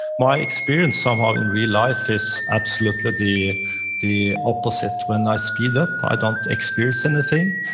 my experience somehow in real life is absolutely the the opposite. when i speed up, i don't experience anything,